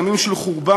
ימים של חורבן,